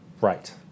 Right